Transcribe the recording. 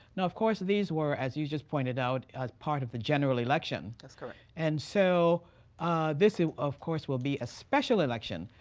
now, of course these were, as you just pointed out, part of the general election. that's correct. and so this ah of course will be a special election.